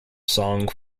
song